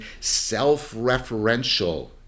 self-referential